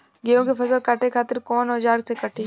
गेहूं के फसल काटे खातिर कोवन औजार से कटी?